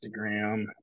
instagram